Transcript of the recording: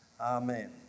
Amen